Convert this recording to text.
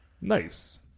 Nice